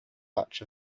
much